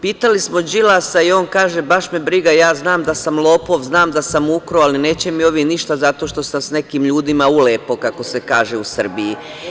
Pitali smo Đilasa i on kaže – baš me briga, ja znam da sam lopov, znam da sam ukrao ali neće mi ovi ništa zato što sam sa nekim ljudima ulepo, kako se kaže u Srbiji.